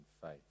faith